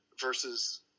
versus